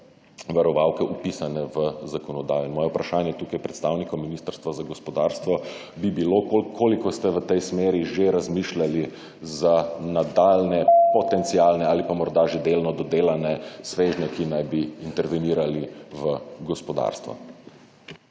varovalke vpisane v zakonodajo. In moje vprašanje tukaj predstavnikom Ministrstva za gospodarstvo bi bilo, koliko ste v tej smeri že razmišljali za nadaljnje / znak za konec razprave/ potencialne ali pa morda že delno dodelane svežnje, ki naj bi intervenirali v gospodarstvu.